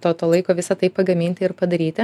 to to laiko visa tai pagaminti ir padaryti